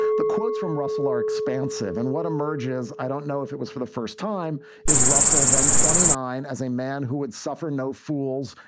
the quotes from russell are expansive and what emerges? i don't know if it was for the first time is russell, then twenty nine, as a man who had suffered no fools,